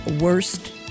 worst